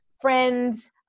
friends